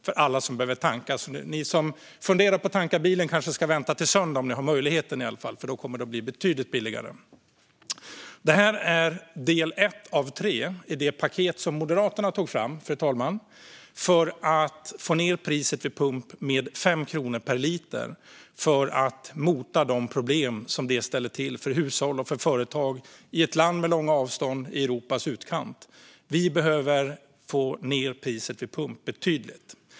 Så ni som funderar på att tanka bilen kanske ska vänta till söndag, om ni har möjlighet, för då kommer det att bli betydligt billigare! Det här är del ett av tre i det paket som Moderaterna tog fram, fru talman, för att få ned priset vid pump med 5 kronor per liter. Det gör vi för att mota de problem som de höga priserna ställer till med för hushåll och företag i ett land med långa avstånd i Europas utkant. Vi behöver få ned priset vid pump betydligt.